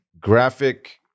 Graphic